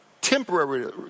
Temporary